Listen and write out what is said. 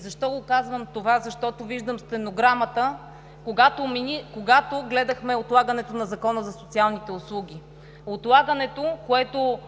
Защо казвам това? Защото виждам стенограмата, когато гледахме отлагането на Закона за социалните услуги. Отлагането, което